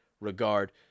regard